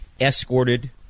escorted